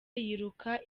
yiruka